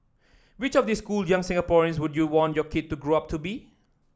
which of these cool young Singaporeans would you want your kid to grow up to be